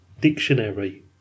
dictionary